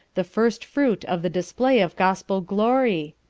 the first-fruit of the display of gospel-glory?